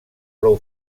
prou